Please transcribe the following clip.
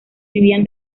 vivían